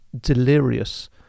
delirious